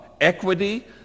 equity